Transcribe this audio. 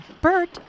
Bert